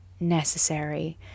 necessary